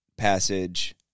passage